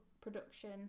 production